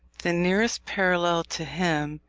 the nearest parallel to him,